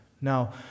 Now